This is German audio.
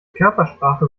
körpersprache